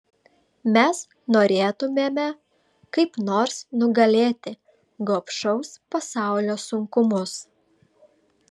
mes norėtumėme kaip nors nugalėti gobšaus pasaulio sunkumus